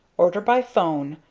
order by phone,